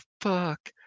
fuck